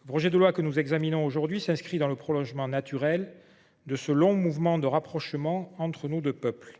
Le projet de loi que nous examinons aujourd’hui s’inscrit dans le prolongement naturel de ce long mouvement de rapprochement entre nos deux peuples.